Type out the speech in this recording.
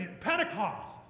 Pentecost